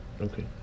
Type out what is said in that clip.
Okay